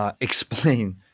Explain